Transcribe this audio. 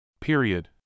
Period